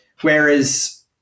Whereas